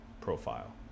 profile